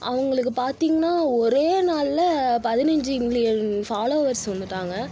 அவங்களுக்கு பார்த்தீங்கன்னா ஒரே நாளில் பதினஞ்சுசி மில்லியன் ஃபாலோவர்ஸ் வந்துவிட்டாங்க